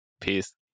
Peace